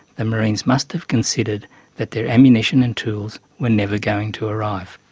the marines must have considered that their ammunition and tools were never going to arrive.